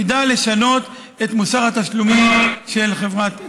תדע לשנות את מוסר התשלומים של חברת תע"ש.